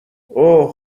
اوه